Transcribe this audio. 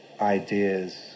ideas